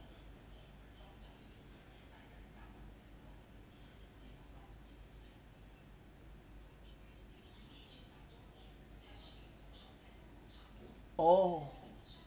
oh